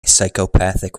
psychopathic